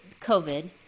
COVID